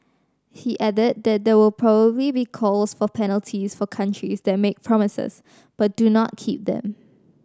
he added that there will probably be calls for penalties for countries that make promises but do not keep them